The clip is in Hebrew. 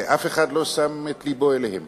שאף אחד לא שם את לבו אליהם.